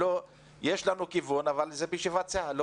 יש לנו כיוון אבל נחליט בישיבת סיעה.